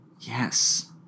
Yes